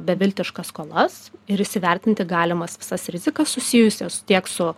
beviltiškas skolas ir įsivertinti galimas visas rizikas susijusias tiek su